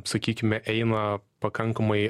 sakykime eina pakankamai